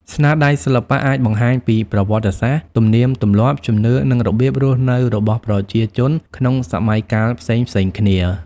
ស្នាដៃសិល្បៈអាចបង្ហាញពីប្រវត្តិសាស្ត្រ ទំនៀមទម្លាប់ ជំនឿ និងរបៀបរស់នៅរបស់ប្រជាជនក្នុងសម័យកាលផ្សេងៗគ្នា។